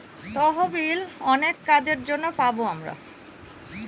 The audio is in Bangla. তহবিল অনেক কাজের জন্য পাবো আমরা